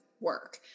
work